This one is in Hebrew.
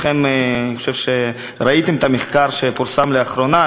אני חושב שכולכם ראיתם את המחקר שפורסם לאחרונה,